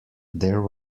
there